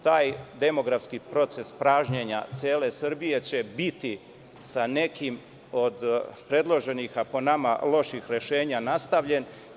Taj demografski proces pražnjenja cele Srbije će biti sa nekim od predloženih, a po nama loših rešenja nastavljen.